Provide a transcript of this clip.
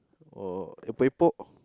oh a epok epok